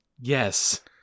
Yes